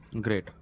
Great